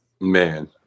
Man